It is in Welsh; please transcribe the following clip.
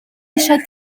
eisiau